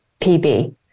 PB